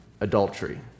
adultery